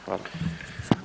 Hvala.